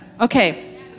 Okay